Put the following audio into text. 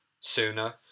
sooner